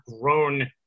grown